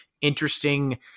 interesting